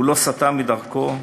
הוא לא סטה מדרכו,